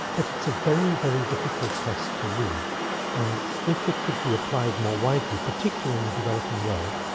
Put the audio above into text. but it's a very, very difficult test to read and if it could be applied more widely, particularly in the developing world,